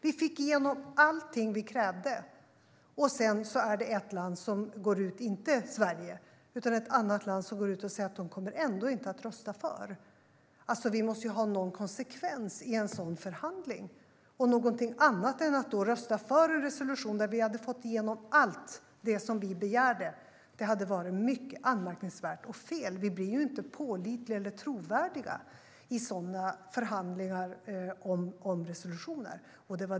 Vi fick igenom allting som vi krävde, och sedan är det ett land - inte Sverige - som går ut och säger att de ändå inte kommer att rösta för. Vi måste ju ha någon konsekvens i en sådan förhandling, och någonting annat än att då rösta för en resolution där vi hade fått igenom allt det som vi begärde hade varit mycket anmärkningsvärt och fel. Vi blir inte pålitliga eller trovärdiga i sådana förhandlingar om resolutioner.